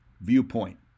viewpoint